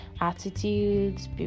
attitudes